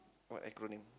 what acronym